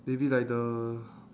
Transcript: maybe like the